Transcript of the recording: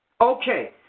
Okay